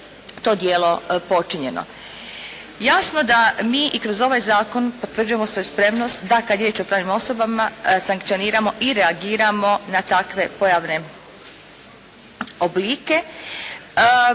to djelo počinjeno. Jasno da mi i kroz ovaj zakon potvrđujemo svoju spremnost da kada je riječ o pravnim osobama sankcioniramo i reagiramo na takve pojavne oblike.